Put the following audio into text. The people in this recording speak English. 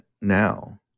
now